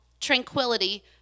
tranquility